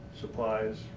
supplies